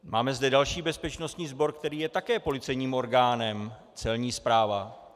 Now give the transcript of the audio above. Máme zde další bezpečnostní sbor, který je také policejním orgánem Celní správa.